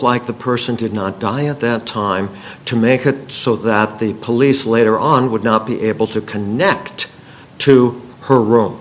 like the person did not die at that time to make it so that the police later on would not be able to connect act to her room